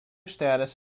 status